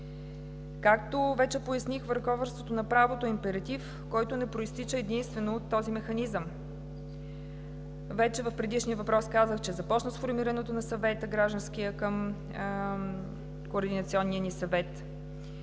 Както вече поясних, върховенството на правото е императив, който не произтича единствено от този механизъм. В предишния въпрос казах, че започна сформирането на гражданския Съвет към Координационния ни съвет,